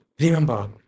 Remember